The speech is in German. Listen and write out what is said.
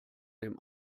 dem